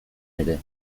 ere